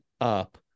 up